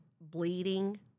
bleeding